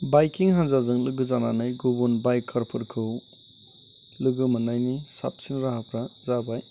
बायकिं हानजाजों लोगो जानानै गुबुन बायकारफोरखौ लोगो मोननायनि साबसिन राहाफोरा जाबाय